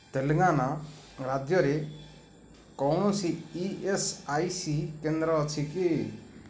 ତେଲେଙ୍ଗାନା ରାଜ୍ୟରେ କୌଣସି E S I C କେନ୍ଦ୍ର ଅଛି କି